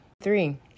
Three